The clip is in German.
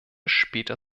später